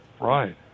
right